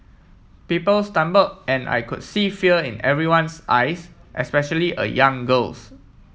people stumble and I could see fear in everyone's eyes especially a young girl's